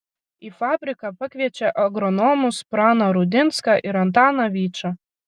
į fabriką pakviečia agronomus praną rudinską ir antaną vyčą